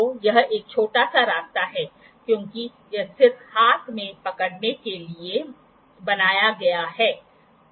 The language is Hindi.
तो यह एक छोटा सा रास्ता है क्योंकि यह सिर्फ हाथ में पकड़ने के लिए बनाया गया है